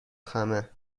خمه